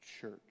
church